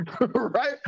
right